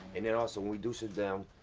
and then also when we do sit down,